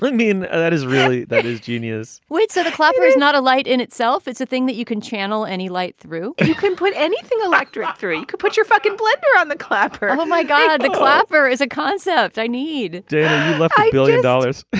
mean and that is really that is genius wait. so the clapper is not a light in itself. it's a thing that you can channel any light through. you couldn't put anything electronic three. you could put your fucking blender on the clapper. oh my god. the clapper is a concept i need like fifteen billion dollars.